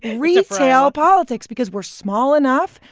and retail politics, because we're small enough.